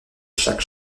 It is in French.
chaque